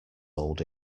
old